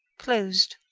closed.